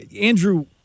Andrew